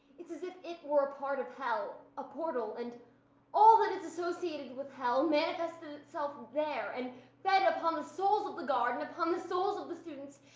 it's as if it were a part of hell, a portal. and all that is associated with hell manifested itself there, and fed upon the souls of the guard, and upon the souls of the students,